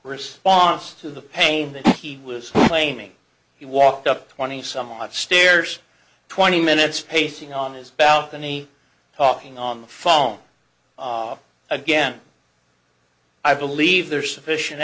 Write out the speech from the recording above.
response to the pain that he was claiming he walked up twenty some odd stairs twenty minutes pacing on his balcony talking on the phone again i believe there is sufficient